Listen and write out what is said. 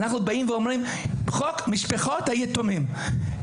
אנחנו באים ואומרים, חוק משפחות היתומים.